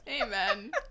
amen